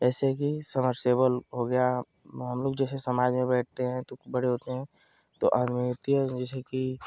जैसे कि समरसेवल हो गया हम लोग जैसे समाज में बैठते हैं तो बड़े होते हैं तो जैसे कि